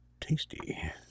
tasty